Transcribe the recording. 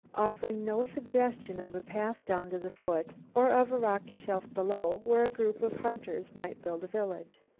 offering no suggestion of a path down to the foot, or of a rocky shelf below where a group of hunters might build a village.